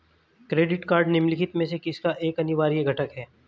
Credit card निम्नलिखित में से किसका एक अनिवार्य घटक है?